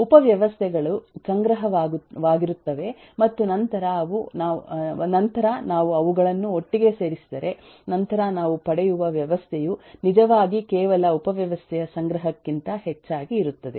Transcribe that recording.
ಉಪವ್ಯವಸ್ಥೆಗಳು ಸಂಗ್ರಹವಾಗಿರುತ್ತವೆ ಮತ್ತು ನಂತರ ನಾವು ಅವುಗಳನ್ನು ಒಟ್ಟಿಗೆ ಸೇರಿಸಿದರೆ ನಂತರ ನಾವು ಪಡೆಯುವ ವ್ಯವಸ್ಥೆಯು ನಿಜವಾಗಿ ಕೇವಲ ಉಪವ್ಯವಸ್ಥೆಯ ಸಂಗ್ರಹಕ್ಕಿಂತ ಹೆಚ್ಚಾಗಿ ಇರುತ್ತದೆ